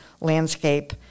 landscape